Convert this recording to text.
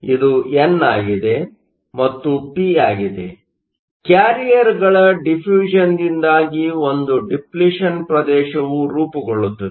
ಇದು ಎನ್ ಆಗಿದೆ ಮತ್ತು ಪಿ ಆಗಿದೆ ಕ್ಯಾರಿಯರ್Carrierಗಳ ಡಿಫ್ಯುಸನ್Diffusionದಿಂದಾಗಿ ಒಂದು ಡಿಪ್ಲಿಷನ್ ಪ್ರದೇಶವು ರೂಪುಗೊಳ್ಳುತ್ತದೆ